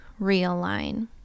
realign